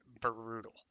brutal